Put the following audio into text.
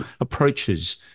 approaches